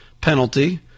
penalty